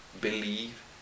believe